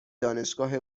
دانشگاه